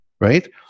right